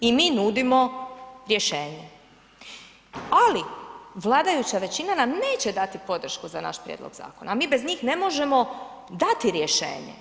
I mi nudimo rješenje, ali vladajuća većina nam neće dati podršku za naš prijedlog zakona, a mi bez njih ne možemo dati rješenje.